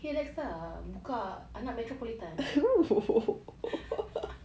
hey Alexa buka anak metropolitan